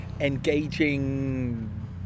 engaging